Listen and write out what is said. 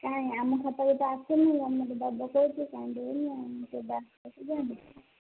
କାଇଁ ଆମ ଖାତାକୁ ତ ଆସିନି ଗମେଣ୍ଟ୍ ଦେବ କହୁଛି କାଇଁ ଦେଇନି ଆଉ କେବେ ଆସିବ କେଜାଣି